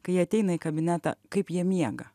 kai jie ateina į kabinetą kaip jie miega